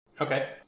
Okay